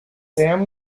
sam